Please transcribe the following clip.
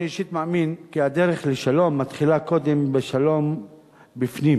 אני אישית מאמין כי הדרך לשלום מתחילה קודם בשלום בפנים,